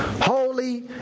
holy